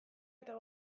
eta